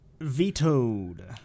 vetoed